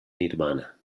nirvana